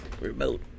remote